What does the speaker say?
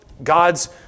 God's